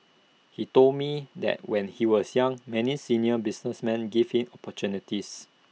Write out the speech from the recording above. he told me that when he was young many senior businessmen gave him opportunities